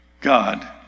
God